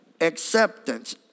acceptance